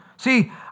See